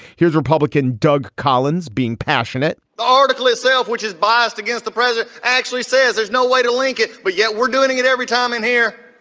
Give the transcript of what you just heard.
here's republican doug collins being passionate the article itself, which is biased against the president, actually says there is no way to link it. but yet we're doing it every time in here.